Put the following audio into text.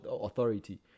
authority